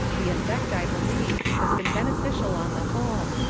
the effect, i believe, has been beneficial on the whole,